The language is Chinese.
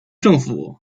政府